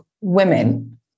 women